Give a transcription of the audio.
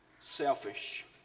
selfish